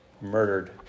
murdered